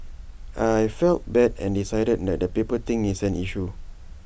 I felt bad and decided that the paper thing is an issue